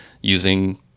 using